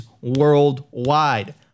worldwide